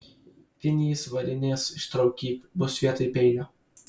vinys varinės ištraukyk bus vietoj peilio